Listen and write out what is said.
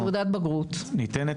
ניתנת